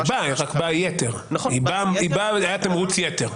היא באה, רק שהיה תמרוץ יתר.